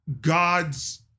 God's